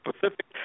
Pacific